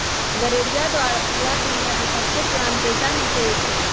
गरेड़िया पूरा दुनिया के सबसे पुराना पेशा में से एक हई